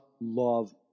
love